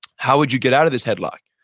how would you get out of this headlock?